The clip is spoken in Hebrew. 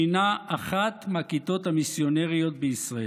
שהיא אחת הכיתות המיסיונריות בישראל.